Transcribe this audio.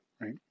right